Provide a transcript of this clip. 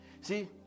See